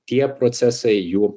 tie procesai jų